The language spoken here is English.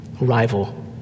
rival